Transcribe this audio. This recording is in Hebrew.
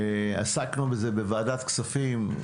עסקנו בזה בוועדת כספים,